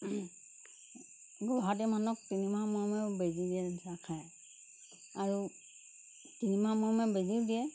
মানুহক তিনিমাহ মূৰে মূৰেও বেজি দিয়া খায় আৰু তিনিমাহ মূৰে মূৰে বেজিও দিয়ে